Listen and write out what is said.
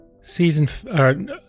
Season